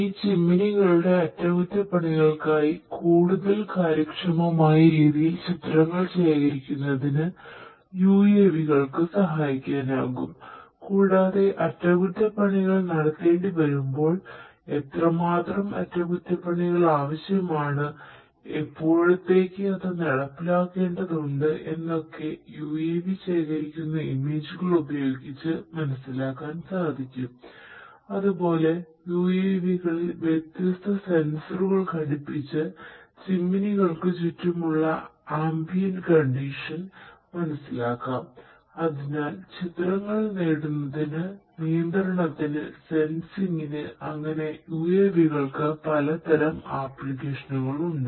ഈ ചിമ്മിനികളുടെ അറ്റകുറ്റപ്പണികൾക്കായി കൂടുതൽ കാര്യക്ഷമമായ രീതിയിൽ ചിത്രങ്ങൾ ശേഖരിക്കുന്നതിന് UAV ക്ക് സഹായിക്കാനാകും കൂടാതെ അറ്റകുറ്റപ്പണികൾ നടത്തേണ്ടിവരുമ്പോൾ എത്രമാത്രം അറ്റകുറ്റപ്പണികൾ ആവശ്യമാണ് എപ്പോഴത്തേക്കുഅത് നടപ്പിലാക്കേണ്ടതുണ്ട് എന്നൊക്കെ UAV ശേഖരിക്കുന്ന ഇമേജുകൾ ഉണ്ട്